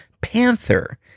Panther